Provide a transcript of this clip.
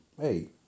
hey